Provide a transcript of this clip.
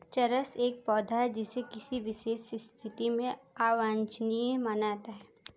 चरस एक पौधा है जिसे किसी विशेष स्थिति में अवांछनीय माना जाता है